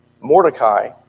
Mordecai